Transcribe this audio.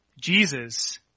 Jesus